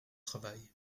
travail